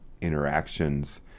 interactions